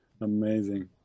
Amazing